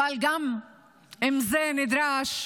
אבל אם גם זה נדרש,